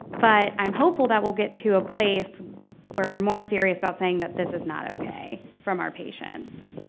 but i'm hopeful that we'll get to a place where we're more serious about saying that this is not ok from our patients.